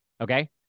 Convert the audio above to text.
Okay